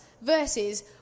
versus